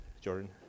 Jordan